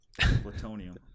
Plutonium